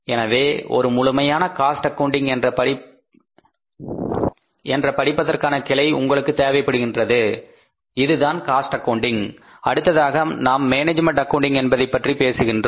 எனவே ஒரு முழுமையான காஸ்ட் அக்கவுன்டிங் என்ற படிப்பதற்கான கிளை உங்களுக்கு தேவைப்படுகிறது இதுதான் காஸ்ட் அக்கவுன்டிங் அடுத்ததாக நாம் மேனேஜ்மெண்ட் அக்கவுண்டிங் என்பதைப் பற்றிப் பேசுகின்றோம்